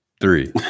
three